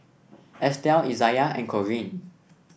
Estel Izaiah and Corene